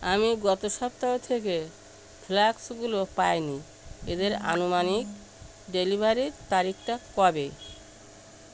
আমি গত সপ্তাহ থেকে ফ্লাস্কগুলো পাইনি এদের আনুমানিক ডেলিভারির তারিখটা কবে